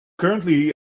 currently